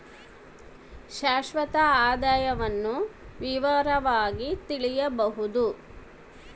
ಶಾಶ್ವತ ಆದಾಯವನ್ನು ವಿವರವಾಗಿ ತಿಳಿಯಬೊದು